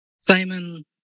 Simon